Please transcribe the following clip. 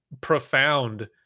profound